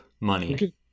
Money